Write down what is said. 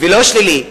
ולא שלילי.